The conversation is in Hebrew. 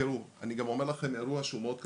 אני גם אומר לכם, אירוע שהוא מאוד קשה.